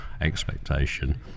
expectation